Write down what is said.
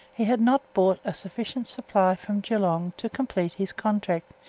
he had not brought a sufficient supply from geelong to complete his contract,